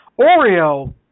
Oreo